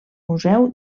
museu